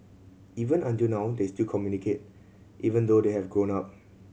even until now they still communicate even though they have grown up